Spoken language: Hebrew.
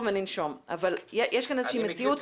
והוא אומר אני מבקש --- הוא יכול להופיע,